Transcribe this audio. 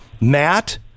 Matt